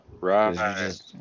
Right